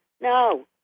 No